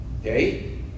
Okay